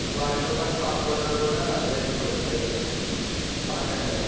వాటితో పాటు పాపి కొండలు కూడా వెళ్ళవచ్చు అయిపోతుంది పక్కన కదా